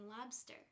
lobster